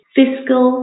fiscal